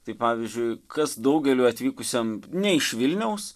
tai pavyzdžiui kas daugeliui atvykusiam ne iš vilniaus